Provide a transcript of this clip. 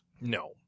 no